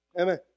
Amen